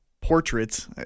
Portraits